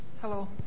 Hello